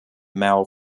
mau